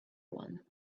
one